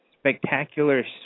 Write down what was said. spectacular